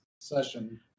session